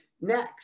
next